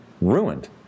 ruined